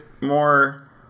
more